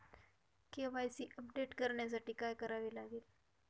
KYC update करण्यासाठी काय करावे लागेल?